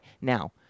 Now